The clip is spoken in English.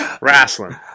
Wrestling